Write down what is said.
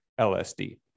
LSD